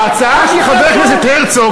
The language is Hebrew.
ההצעה של חבר הכנסת הרצוג,